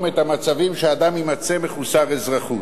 את המצבים שאדם יימצא מחוסר אזרחות.